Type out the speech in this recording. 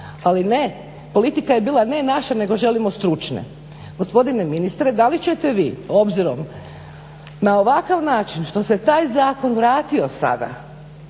ali ne, politika je bila ne naše, želimo stručne. Gospodine ministre da li ćete vi obzirom na ovakav način što se taj zakon vratio sada,